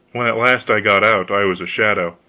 when at last i got out, i was a shadow.